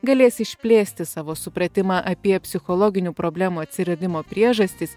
galės išplėsti savo supratimą apie psichologinių problemų atsiradimo priežastis